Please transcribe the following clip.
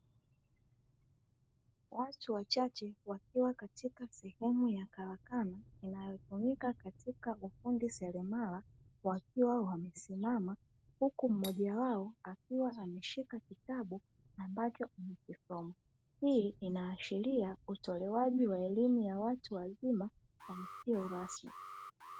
Watu wachache wakiwa katika sehemu ya karakana inayotumika katika ufundi selemala wakiwa wamesimama huku mmoja wao akiwa ameshika kitabu ambacho anakisoma, hii inaashiria utolewaji wa elimu ya watu wazima na isiyo rasmi.